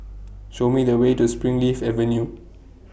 Show Me The Way to Springleaf Avenue